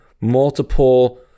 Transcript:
multiple